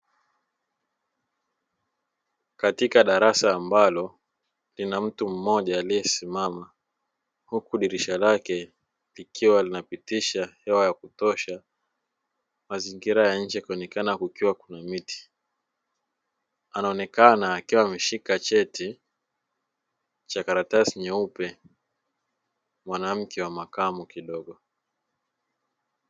Katika darasa ambalo lina mtu mmoja aliyesimama huku dirisha lake likiwa linapitisha hewa ya kutosha, mazingira ya nje yanaonekana kukiwa kuna miti. Anaonekana akiwa ameshika cheti cha karatasi nyeupe, mwanamke wa makamu kidogo.